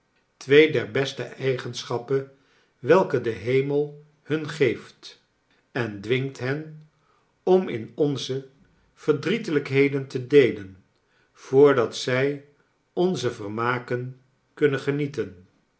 der beste eigenschappen welke de hemel hun gee ft en dwingt hen om in onze verdrietelijkheden te deelen voordat zij onze vermaken kunnen genieten